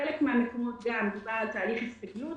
בחלק מן הוועדות דובר על תהליך הסתגלות,